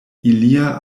ilia